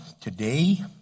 today